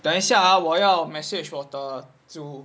等一下 ah 我要 message 我的组